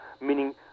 meaning